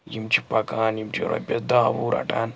یِم چھِ پَکان یِم چھِ رۄپیَس داہ وُہ رَٹان